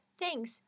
Thanks